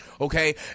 okay